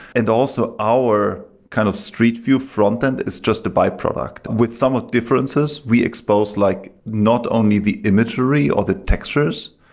and also, our kind of street view frontend is just a byproduct. with some of differences, we expose like not only the imagery or the textures.